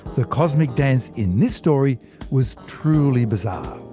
the cosmic dance in this story was truly bizarre.